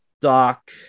doc